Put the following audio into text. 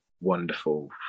wonderful